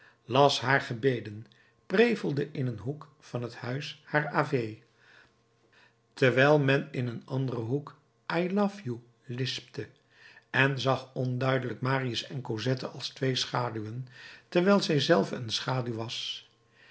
las haar gebeden prevelde in een hoek van het huis haar ave terwijl men in een anderen hoek i love you lispte en zag onduidelijk marius en cosette als twee schaduwen terwijl zij zelve een schaduw was